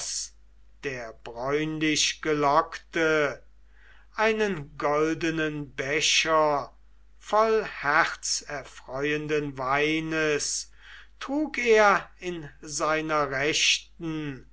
der bräunlichgelockte einen goldenen becher voll herzerfreuenden weines trug er in seiner rechten